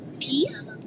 peace